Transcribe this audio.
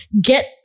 get